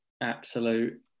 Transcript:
absolute